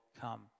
come